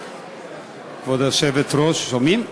כבוד היושבת-ראש, שומעים?